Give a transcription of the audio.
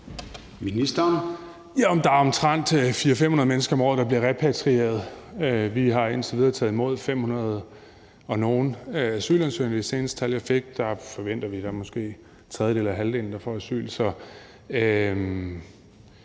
Dybvad Bek): Der er omtrent 400-500 mennesker om året, der bliver repatrieret. Vi har indtil videre taget imod 500 og nogle asylansøgere. I de seneste tal, jeg fik, forventer vi at det måske er en tredjedel eller halvdelen, der får asyl.